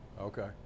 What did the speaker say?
Okay